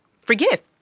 forgive